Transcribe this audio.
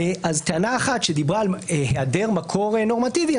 טענה אחת שדיברה על היעדר מקור נורמטיבי,